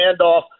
handoff